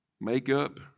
makeup